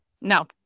no